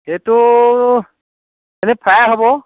সেইটো ফ্ৰাই হ'ব